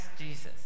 Jesus